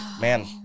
man